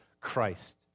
Christ